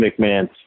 McMahon